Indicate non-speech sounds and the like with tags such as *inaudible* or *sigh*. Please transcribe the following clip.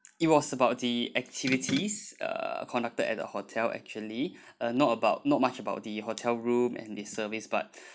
it was about the activities uh conducted at the hotel actually *breath* uh not about not much about the hotel room and the service but *breath*